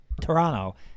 Toronto